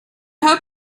hope